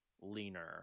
leaner